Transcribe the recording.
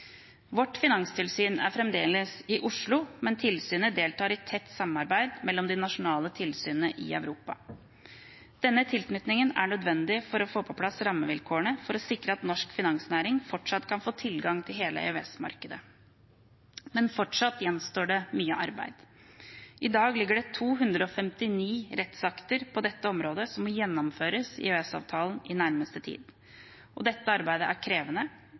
Vårt finanstilsyn er fremdeles i Oslo, men tilsynet deltar tett i samarbeidet mellom de nasjonale tilsynene i Europa. Denne tilknytningen er nødvendig for å få på plass rammevilkårene for å sikre at norsk finansnæring fortsatt kan få tilgang til hele EØS-markedet. Men fortsatt gjenstår det mye arbeid. I dag ligger det 259 rettsakter på dette området som må innlemmes i EØS-avtalen i nærmeste tid. Dette arbeidet er krevende.